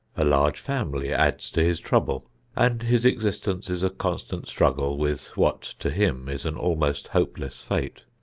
a large family adds to his trouble and his existence is a constant struggle with what, to him, is an almost hopeless fate.